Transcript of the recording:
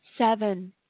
Seven